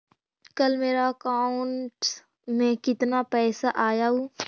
कल मेरा अकाउंटस में कितना पैसा आया ऊ?